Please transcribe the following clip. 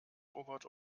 robert